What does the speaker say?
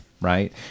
Right